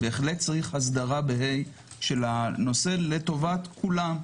בהחלט צריך הסדרה בה"א של הנושא לטובת כולם,